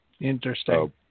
Interesting